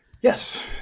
yes